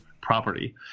property